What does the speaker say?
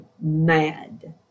mad